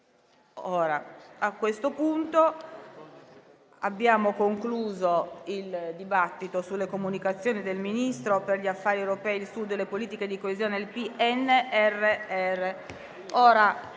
Allegato B)*. Abbiamo così concluso il dibattito sulle comunicazioni del Ministro per gli affari europei, il Sud, le politiche di coesione e il PNRR.